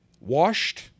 washed